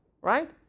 right